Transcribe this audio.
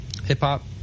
hip-hop